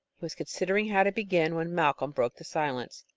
he was considering how to begin, when malcolm broke the silence.